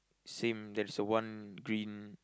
same there's a one green